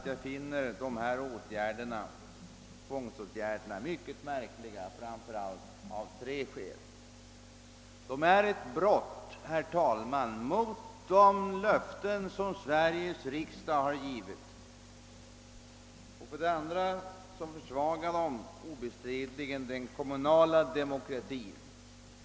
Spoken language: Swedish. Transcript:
Jag finner dessa tvångsåtgärder mycket märkliga framför allt av tre skäl. De innebär för det första ett brot! mot de löften som Sveriges riksdag har givit. För det andra försvagar de obestridligen den kommunala demokratin.